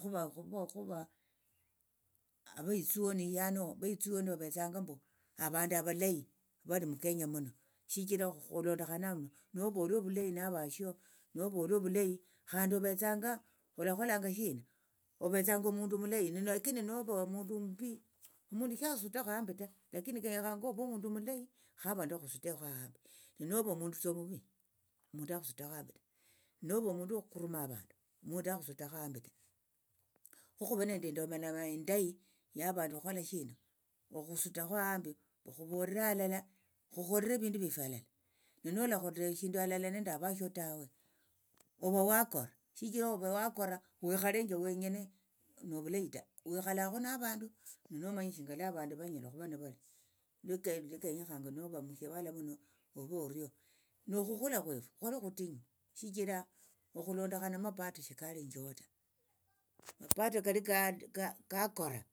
Khuva khuvo khuva avaitsioni yani viyitsioni vavetsanga mbu avandu avalayi vali mukenya muno shichira okhulondokhana novola ovulayi navashio novola ovulahi ovetsanga olakholanga shina ovetsanga omundu omulayi lakini novo omundu omumbii omundu shasutakho hambi ta lakini kenyekhanga ove omundu omulayi khavandu vakhusutakho hambi nenovo omundu tsa omuvi omundu akhusutakho hambi ta nova omundu wokhukuruma avandu omundu akhusutakho hambi ta khokhuve nende indomero indayi ya vandu okhukholashina okhusutakho hambi khuvolera halala khukholere evindu vyefu halala ne nolakholera eshindu halala nende avashio tawe ova wakora shichira ova wakora wikhalenje wenyene novuleyi ta wikhalakhu navandu ninomanya shinga lwa avandu vanyala okhuva nivali lika likenyekhanga noli mushivala muno ove orio nokhukhula khwefu khwali okhutinyu shichira okhulondokhana mapato shikalinjiho ta mapato kali kati kakora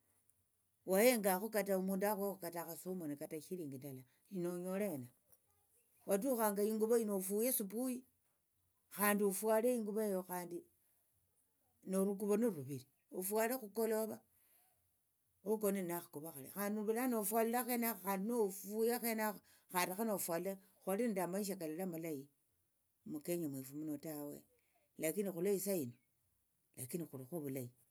wahengakho kata omundu akhuhekhu kata akhasumoni kata ishirinji ndala nonyole hena watukhanga inguvo hino ofuye supui khandi ofuale inguvo eyo khandi norukuvo niruviri ofuale khukolova khokone nakhakuvo khalia khandi vulano ofwalule akhanekha khandi nofue akhanekha khandi khanofwale khwali nende amaisha kalali amaleyi mukenya mwefu muno tawe lakini khulwo isahino lakini khulikho ovulahi.